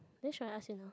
then should I ask you now